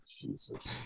Jesus